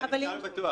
אני בכלל לא בטוח.